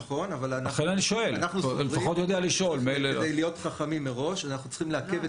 כדי להיות חכמים מראש אנחנו צריכים לעכב את